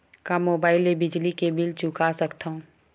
का मुबाइल ले बिजली के बिल चुका सकथव?